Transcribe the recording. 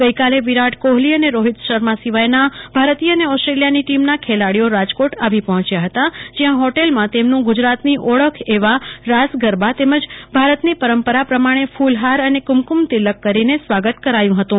ગઈકાલે વિરાટ કોફલી અને રોફિત શર્મા સિવાય નાં ભારતીય અને ઓસ્ટ્રેલિયા ની ટીમ ના ખેલાડીયો રાજકોટ આવી પફોચ્યા ફતા જ્યાં ફોટેલ માં તેમનું ગુજરાત ની ઓળખ એવા રાસ ગરબા તેમજ ભારત ની પરંપરા પ્રમાણે ફૂલફાર અને કુમકુમ તિલક કુરીને સ્વાગત કરાયું હતું